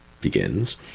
begins